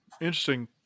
interesting